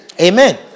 Amen